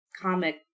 comic